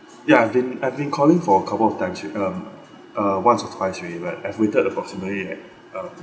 ya I've been I've been calling for a couple of times with um uh once or twice already but I've waited approximately like um